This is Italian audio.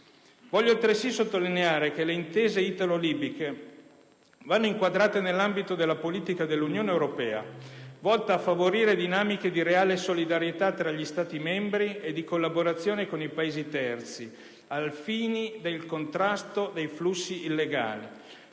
Voglio altresì sottolineare che le intese italo-libiche vanno inquadrate nell'ambito della politica dell'Unione europea, volta a favorire dinamiche di reale solidarietà tra gli Stati membri e di collaborazione con i Paesi terzi ai fini del contrasto dei flussi illegali,